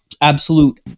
absolute